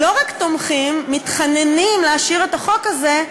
לא רק תומכים אלא גם מתחננים להשאיר את החוק הזה,